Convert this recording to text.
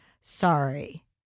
Sorry